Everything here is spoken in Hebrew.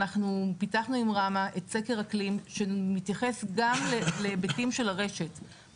פיתחנו עם רמה את ספר אקלים שמתייחס גם להיבטים של הרשת.